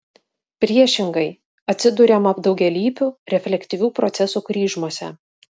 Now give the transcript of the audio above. priešingai atsiduriama daugialypių reflektyvių procesų kryžmose